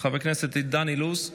חבר הכנסת דן אילוז,